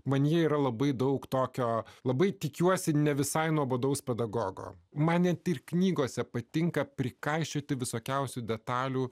manyje yra labai daug tokio labai tikiuosi ne visai nuobodaus pedagogo man ne tik knygose patinka prikaišioti visokiausių detalių